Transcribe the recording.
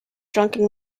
drunken